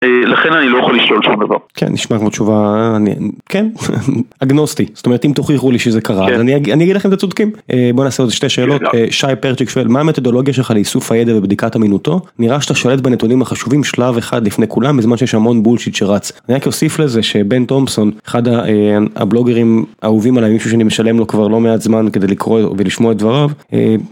לכן אני לא יכול לשאול שום דבר כן נשמע תשובה אני... כן אגנוסטי זאת אומרת אם תוכיחו לי שזה קרה אני אגיד לכם אתם צודקים בוא נעשה עוד שתי שאלות שי פרצ'יק שואל מה המתודולוגיה שלך לאיסוף הידע ובדיקת אמינותו נראה שאתה שולט בנתונים החשובים שלב אחד לפני כולם בזמן שיש המון בולשיט שרץ, אני רק אוסיף לזה שבן תומסון אחד הבלוגרים אהובים עלי מישהו שאני משלם לו כבר לא מעט זמן כדי לקרוא ולשמוע את דבריו.